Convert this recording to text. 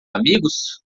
amigos